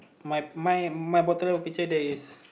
my my my bottom left of the picture there is